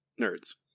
nerds